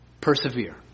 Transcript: persevere